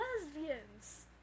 lesbians